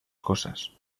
cosas